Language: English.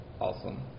Awesome